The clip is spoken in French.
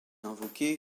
invoquée